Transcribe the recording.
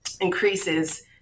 increases